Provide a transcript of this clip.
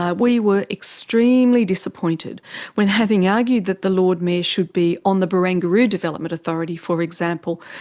ah we were extremely disappointed when, having argued that the lord mayor should be on the barangaroo development authority, for example,